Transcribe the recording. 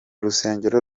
rusengero